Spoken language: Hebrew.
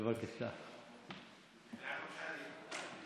בבקשה, אדוני.